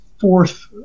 fourth